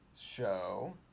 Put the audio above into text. show